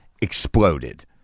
exploded